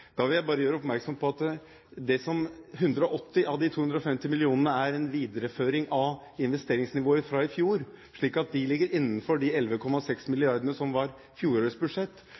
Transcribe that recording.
Da vil jeg bare gjøre oppmerksom på at 180 mill. kr av de 250 millionene er en videreføring av investeringsnivået fra i fjor, slik at de ligger innenfor de 11,6 mrd. kr som var fjorårets budsjett.